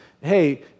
hey